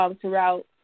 throughout –